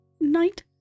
night